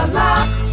lock